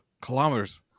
kilometers